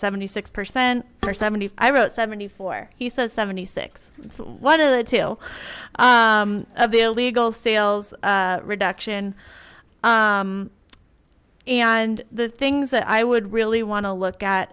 seventy six percent or seventy i wrote seventy four he says seventy six what are the two of the illegal sales reduction and the things that i would really want to look at